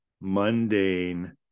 mundane